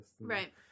Right